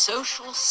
social